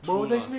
!wah!